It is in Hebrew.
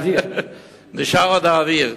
נשאר עוד האוויר.